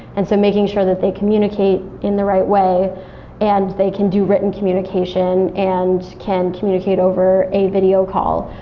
and so making sure that they communicate in the right way and they can do written communication and can communicate over a video call.